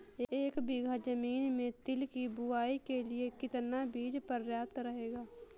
एक बीघा ज़मीन में तिल की बुआई के लिए कितना बीज प्रयाप्त रहेगा?